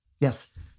yes